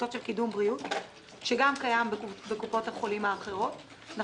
הקורסים האלה במסגרת השירותים שלהן למבוטחים.